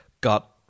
got